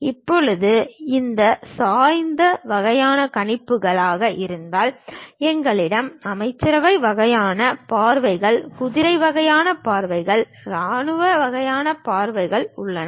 இதேபோல் இது சாய்ந்த வகையான கணிப்புகளாக இருந்தால் எங்களிடம் அமைச்சரவை வகையான பார்வைகள் குதிரை வகையான பார்வைகள் இராணுவ வகையான பார்வைகள் உள்ளன